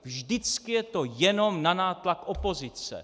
Vždycky je to jenom na nátlak opozice.